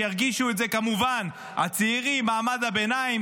שירגישו את זה כמובן הצעירים ומעמד הביניים,